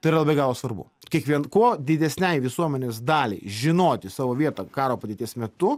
tai yra be galo svarbu kiekvien kuo didesnei visuomenės daliai žinoti savo vietą karo padėties metu